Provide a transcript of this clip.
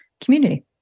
community